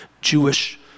Jewish